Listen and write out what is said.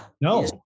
No